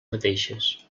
mateixes